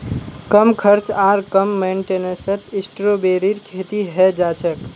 कम खर्च आर कम मेंटेनेंसत स्ट्रॉबेरीर खेती हैं जाछेक